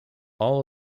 all